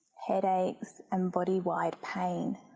headaches and body-wide pain.